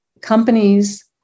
companies